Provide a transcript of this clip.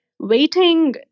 Waiting